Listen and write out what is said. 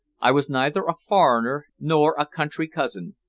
i was neither a foreigner nor a country cousin.